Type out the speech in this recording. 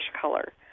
color